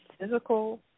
physical